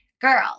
girls